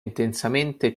intensamente